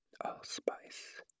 allspice